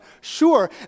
Sure